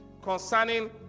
concerning